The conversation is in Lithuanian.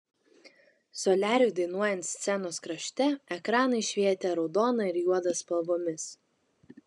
soliariui dainuojant scenos krašte ekranai švietė raudona ir juoda spalvomis